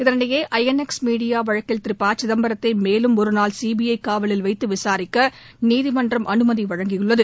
இதனிடையே I N X media வழக்கில் திருபசிதம்பரத்தை மேலும் ஒருநாள் சிபிஐ காவலில் வைத்து விசாரிக்க நீதிமன்றம் அனுமதி அளித்துள்ளது